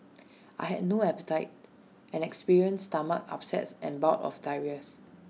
I had no appetite and experienced stomach upsets and bouts of diarrhoea